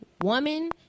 woman